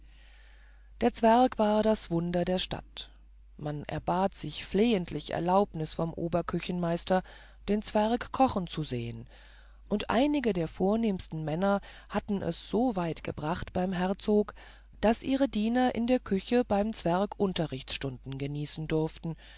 der zwerg war das wunder der stadt man erbat sich flehentlich erlaubnis vom oberküchenmeister den zwerg kochen zu sehen und einige der vornehmsten männer hatten es so weit gebracht beim herzog daß ihre diener in der küche beim zwerg unterrichtsstunden genießen durften